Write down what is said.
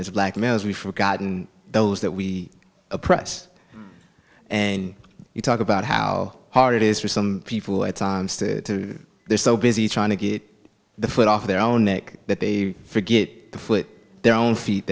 it's black males we've forgotten those that we oppress and you talk about how hard it is for some people at times to they're so busy trying to get the foot off their own neck that they forget it the foot their own feet